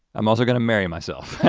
i'm also gonna marry myself.